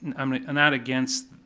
and i'm like not against,